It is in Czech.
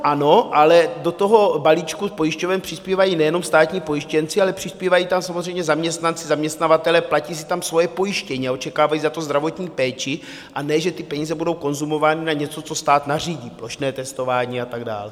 Ano, ale do toho balíčku pojišťoven přispívají nejenom státní pojištěnci, ale přispívají tam samozřejmě zaměstnanci, zaměstnavatelé, platí si tam svoje pojištění a očekávají za to zdravotní péči, a ne že ty peníze budou konzumovány na něco, co stát nařídí, plošné testování a tak dál.